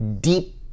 deep